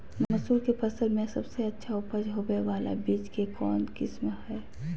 मसूर के फसल में सबसे अच्छा उपज होबे बाला बीज के कौन किस्म हय?